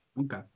okay